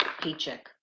paycheck